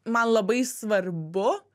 man labai svarbu